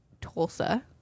Tulsa